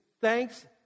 thanks